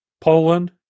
Poland